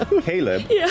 Caleb